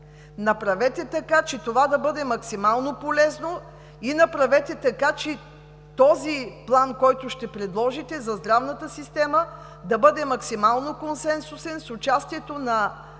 Направете така, че това да бъде максимално полезно, и направете така, че този план, който ще предложите за здравната система, да бъде максимално консенсусен, с участието на